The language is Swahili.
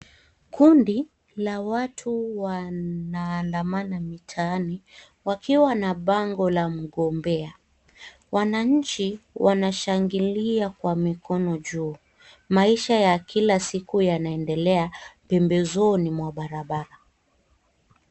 Kundi la watu wanaandamana mitaani wakiwa na bango la mgombea. Wananchi wanashangilia kwa mikono juu maisha ya kila siku yanaendelea pembezoni mwa barabara.